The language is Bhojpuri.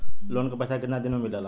लोन के पैसा कितना दिन मे मिलेला?